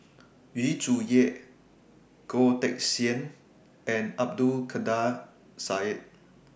Yu Zhuye Goh Teck Sian and Abdul Kadir Syed